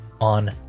on